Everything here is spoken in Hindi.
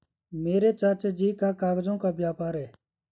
मेरे चाचा जी का कागजों का व्यापार है